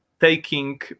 taking